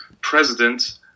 president